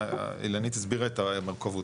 אילנית הסבירה את המורכבות,